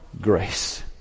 grace